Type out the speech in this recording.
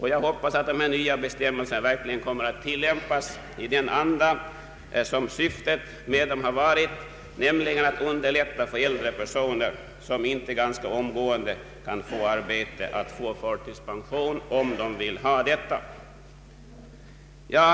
Jag hoppas att de nya bestämmelserna verkligen kommer att tillämpas i den anda som syftet med dem har varit, nämligen att underlätta för äldre personer som inte ganska omgående kan få arbete att i stället erhålla förtidspension, om de så önskar.